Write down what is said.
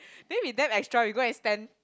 then we damn extra we go and stand